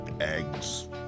eggs